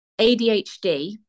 ADHD